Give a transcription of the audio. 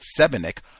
Sebenik